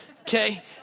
okay